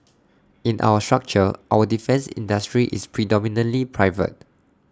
in our structure our defence industry is predominantly private